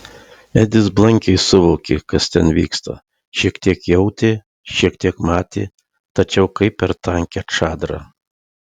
edis blankiai suvokė kas ten vyksta šiek tiek jautė šiek tiek matė tačiau kaip per tankią čadrą